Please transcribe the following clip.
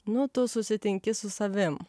nu tu susitinki su savim